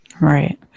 right